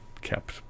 kept